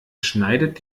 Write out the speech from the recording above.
schneidet